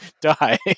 die